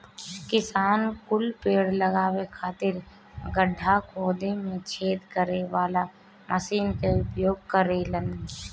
किसान कुल पेड़ लगावे खातिर गड़हा खोदे में छेद करे वाला मशीन कअ उपयोग करेलन